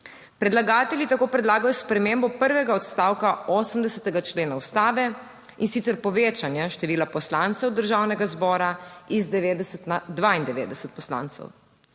Predlagatelji tako predlagajo spremembo prvega odstavka 80. člena Ustave, in sicer povečanje števila poslancev Državnega zbora iz 90 na 92 poslancev.